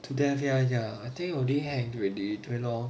to death ya ya I think will be hanged on the agent lor